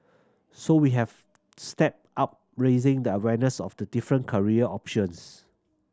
so we have stepped up raising the awareness of the different career options